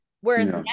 whereas